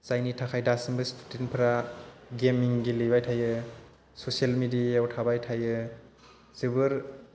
जायनि थाखाय दासिमबो स्टुडेन्टफोरा गेमिं गेलेबाय थायो ससियेल मिडिया याव थाबाय थायो जोबोर